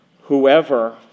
Whoever